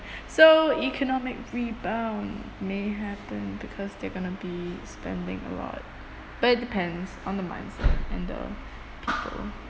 so economic rebound may happen because they're gonna be spending a lot but it depends on the mindset and the people